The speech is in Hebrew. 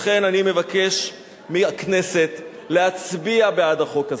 לכן אני מבקש מהכנסת להצביע בעד החוק הזה,